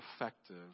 effective